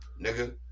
nigga